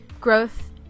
growth